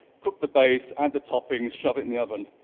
cook the base, add the toppings, shove it in the oven,